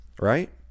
Right